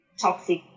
toxic